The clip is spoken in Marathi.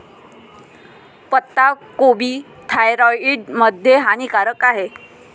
पत्ताकोबी थायरॉईड मध्ये हानिकारक आहे